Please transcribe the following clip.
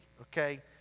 okay